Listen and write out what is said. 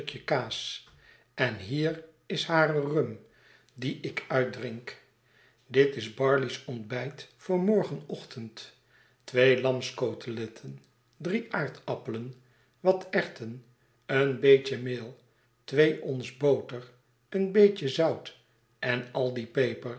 en hier is hare rum die ik uitdrink dit is parley's ontbijt voor morgenochtend twee lamscoteletten drie aardappelen wat erwten een beetje meel twee ens boter een beetje zout en al die peper